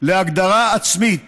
להגדרה עצמית